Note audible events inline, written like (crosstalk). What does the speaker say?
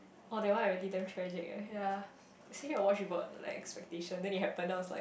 oh that one I really damn tragic eh (breath) I think I watch without like expectation and then it happen then I was like